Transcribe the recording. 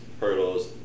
hurdles